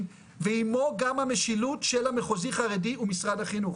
ועמו גם המשילות של המחוזי חרדי ומשרד החינוך,